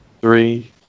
three